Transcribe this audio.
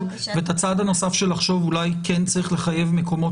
והצעד הנוסף של חשיבה אולי כן צריך לחייב מקומות